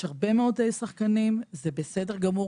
יש הרבה מאוד שחקנים וזה בסדר גמור,